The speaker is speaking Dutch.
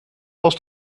als